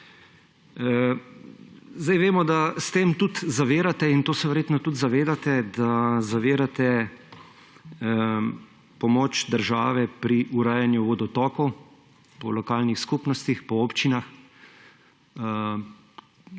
Vemo, da s tem tudi zavirate – in tega se verjetno tudi zavedate, da zavirate pomoč države pri urejanju vodotokov po lokalnih skupnostih, po občinah.